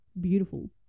beautiful